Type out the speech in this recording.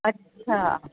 अच्छा